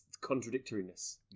Contradictoriness